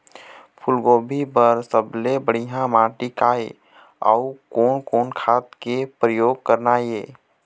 फूलगोभी बर सबले बढ़िया माटी का ये? अउ कोन कोन खाद के प्रयोग करना ये?